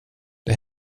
det